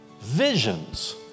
visions